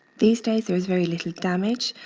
these days there is very little damage,